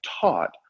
taught